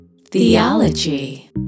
Theology